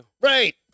Right